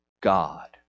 God